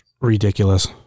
ridiculous